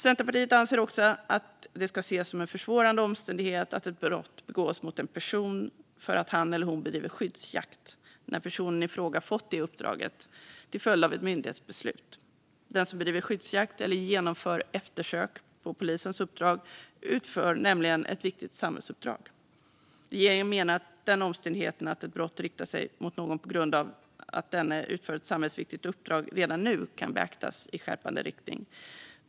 Centerpartiet anser också att det ska ses som en försvårande omständighet att ett brott begås mot en person för att han eller hon bedriver skyddsjakt när personen i fråga fått detta uppdrag till följd av ett myndighetsbeslut. Den som bedriver skyddsjakt eller genomför eftersök på polisens uppdrag utför nämligen ett viktigt samhällsuppdrag. Regeringen menar att den omständigheten, att ett brott riktar sig mot någon på grund av att denne utför ett samhällsviktigt uppdrag, redan nu kan beaktas i skärpande riktning.